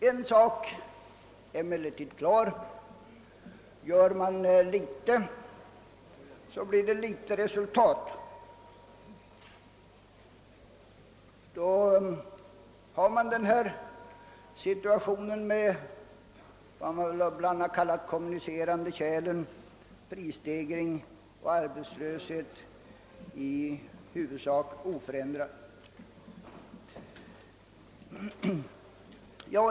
En sak är emellertid klar: gör man litet, blir det litet resultat. Då får man samma förhållande som med kommuninicerande kärl: prisstegring och arbetslöshet i huvudsak oförändrade.